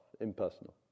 impersonal